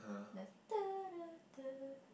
the